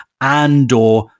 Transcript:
Andor